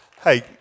Hey